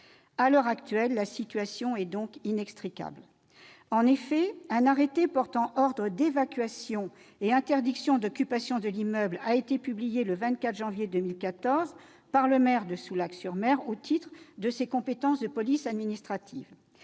À l'heure actuelle, la situation est inextricable. En effet, un arrêté portant ordre d'évacuation et interdiction d'occupation de l'immeuble a été publié le 24 janvier 2014 par le maire de Soulac-sur-Mer, au titre de ses compétences de police administrative.